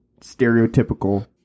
stereotypical